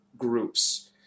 groups